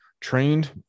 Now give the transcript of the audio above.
trained